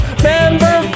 Remember